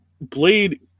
Blade